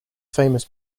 famous